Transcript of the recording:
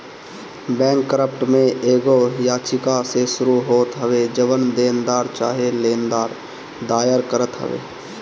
bankrupt में एगो याचिका से शुरू होत हवे जवन देनदार चाहे लेनदार दायर करत हवे